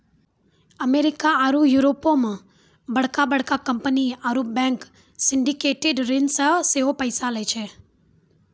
America आरु यूरोपो मे बड़का बड़का कंपनी आरु बैंक सिंडिकेटेड ऋण से सेहो पैसा लै छै